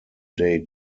day